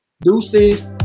Deuces